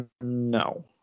No